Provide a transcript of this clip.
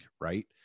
right